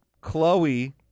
Chloe